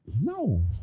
No